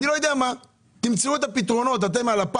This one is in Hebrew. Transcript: תמצאו את לפ"מ.